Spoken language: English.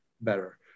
better